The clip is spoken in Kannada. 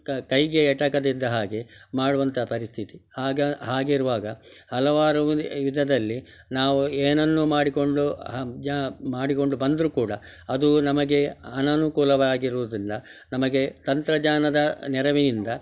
ಕ ಕೈಗೆ ಎಟುಕದಿದ್ದ ಹಾಗೆ ಮಾಡುವಂಥ ಪರಿಸ್ಥಿತಿ ಆಗ ಹಾಗಿರುವಾಗ ಹಲವಾರು ವಿಧ ವಿಧದಲ್ಲಿ ನಾವು ಏನನ್ನು ಮಾಡಿಕೊಂಡು ಜಾ ಮಾಡಿಕೊಂಡು ಬಂದರೂ ಕೂಡ ಅದು ನಮಗೆ ಅನಾನುಕೂಲವಾಗಿರೋದರಿಂದ ನಮಗೆ ತಂತ್ರಜ್ಞಾನದ ನೆರವಿನಿಂದ